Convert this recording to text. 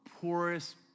poorest